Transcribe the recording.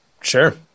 Sure